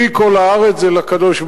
"כי לי כל הארץ" זה לקדוש-ברוך-הוא,